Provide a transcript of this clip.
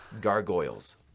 gargoyles